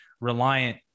reliant